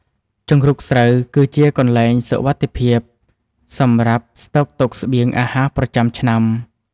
ជង្រុកស្រូវគឺជាកន្លែងសុវត្ថិភាពសម្រាប់ស្តុកទុកស្បៀងអាហារប្រចាំឆ្នាំ។